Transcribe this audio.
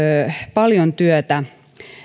paljon työtä